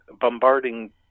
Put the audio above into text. bombarding